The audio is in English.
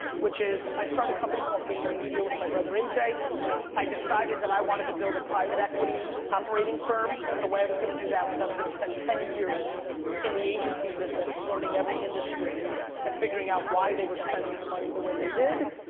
which is i started a company called vaynermedia with my brother aj. i decided that i wanted to build a private equity operating firm, but the way i was gonna do that was i was gonna spend ten years in the agency business learning every industry and figuring out why they were spending the money the way they did,